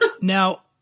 now